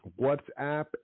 WhatsApp